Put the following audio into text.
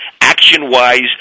action-wise